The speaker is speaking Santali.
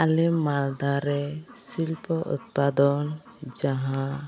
ᱟᱞᱮ ᱢᱟᱞᱫᱟᱨᱮ ᱥᱤᱞᱯᱚ ᱩᱛᱯᱟᱫᱚᱱ ᱡᱟᱦᱟᱸ